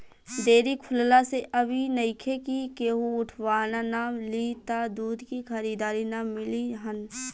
dairy खुलला से अब इ नइखे कि केहू उठवाना ना लि त दूध के खरीदार ना मिली हन